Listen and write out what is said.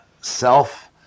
self